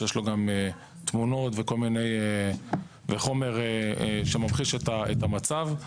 שיש לו גם תמונות וחומר שממחיש את המצב.